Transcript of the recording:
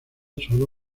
sólo